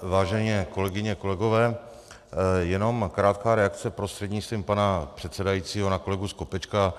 Vážené kolegyně, kolegové, jenom krátká reakce prostřednictvím pana předsedajícího na kolegu Skopečka.